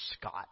Scott